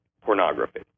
pornography